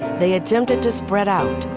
they attempted to spread out.